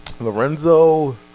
Lorenzo